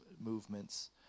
movements